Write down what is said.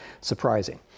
surprising